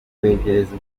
kwegereza